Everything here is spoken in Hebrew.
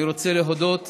אני רוצה להודות